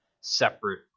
separate